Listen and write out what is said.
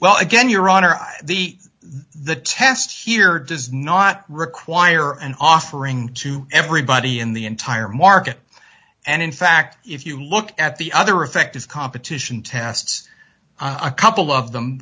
well again you're author of the the test here does not require an offering to everybody in the entire market and in fact if you look at the other effect is competition tests a couple of them